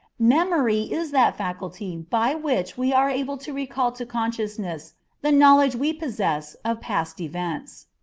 memory is that faculty by which we are able to recall to consciousness the knowledge we possess of past events.